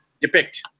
depict